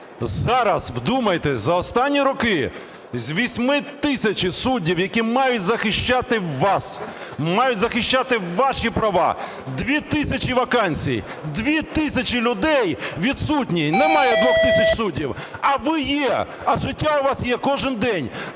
Зараз, вдумайтесь, за останні роки з 8 тисяч суддів, які мають захищати вас, мають захищати ваші права, 2 тисячі вакансій, 2 тисячі людей відсутні, немає 2 тисяч суддів, а ви є, а життя у вас є кожний день.